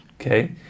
okay